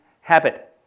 habit